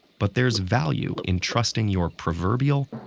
but there's value in trusting your proverbial,